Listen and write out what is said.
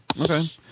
Okay